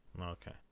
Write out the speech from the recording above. Okay